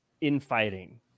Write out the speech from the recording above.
infighting